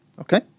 Okay